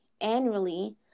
annually